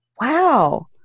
wow